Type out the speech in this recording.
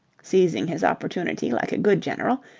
seizing his opportunity like a good general,